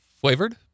Flavored